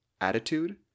attitude